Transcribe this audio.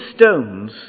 stones